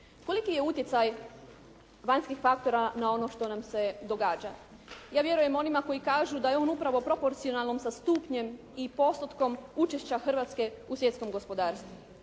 Koliki je utjecaj vanjskih faktora na ono što nam se događa. Ja vjerujem onima koji kažu da je on upravo proporcionalno sa stupnjem i postotkom učešća Hrvatske u svjetskom gospodarstvu,